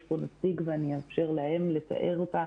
יש פה נציג, ואני אאפשר להם להציג את הדברים.